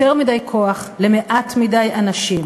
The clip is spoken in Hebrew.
יותר מדי כוח למעט מדי אנשים.